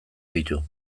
ditu